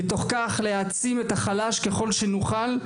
בתוך כך להעצים את החלש ככל שנוכל,